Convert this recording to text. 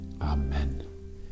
Amen